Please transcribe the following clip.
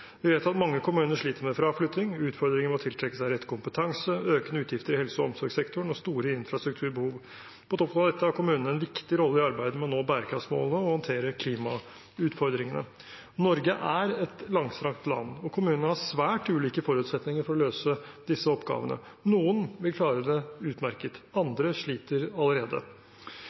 Vi vet at mange kommuner sliter med fraflytting, utfordringer med å tiltrekke seg rett kompetanse, økende utgifter i helse- og omsorgssektoren og store infrastrukturbehov. På toppen av dette har kommunene en viktig rolle i arbeidet med å nå bærekraftsmålene og å håndtere klimautfordringene. Norge er et langstrakt land, og kommunene har svært ulike forutsetninger for å løse disse oppgavene. Noen vil klare det utmerket. Andre sliter allerede.